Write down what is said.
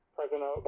President